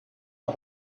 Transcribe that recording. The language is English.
are